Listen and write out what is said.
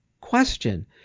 question